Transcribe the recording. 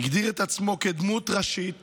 הגדיר את עצמו כדמות ראשית